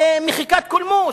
במחיקת קולמוס,